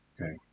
Okay